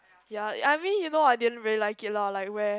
ya I mean you know I didn't really like it lah like where